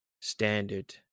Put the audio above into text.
standard